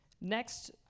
next